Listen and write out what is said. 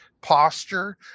posture